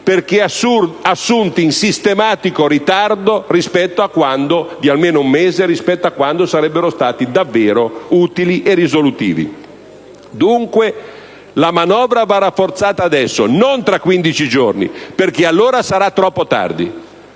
perché assunti in ritardo sistematico di almeno un mese rispetto a quando sarebbero stati davvero utili e risolutivi. Dunque, la manovra va rafforzata adesso, non tra 15 giorni, perché allora sarà troppo tardi.